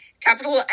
Capital